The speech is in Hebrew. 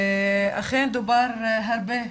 אכן דובר הרבה,